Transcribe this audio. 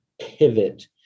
pivot